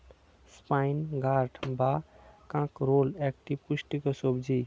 spine gourd বা কাঁকরোল একটি পুষ্টিকর সবজি